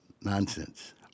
nonsense